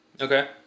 okay